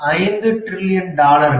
5 trillion டாலர்கள்